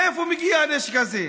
מאיפה מגיע הנשק הזה?